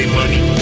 money